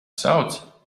sauc